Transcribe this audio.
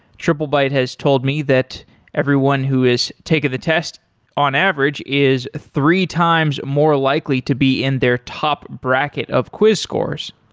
triplebyte has told me that everyone who has taken the test on average is three times more likely to be in their top bracket of quiz scores